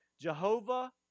Jehovah